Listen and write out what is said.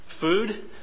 food